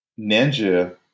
Ninja